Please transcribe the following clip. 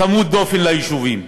צמוד-דופן ליישובים,